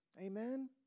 Amen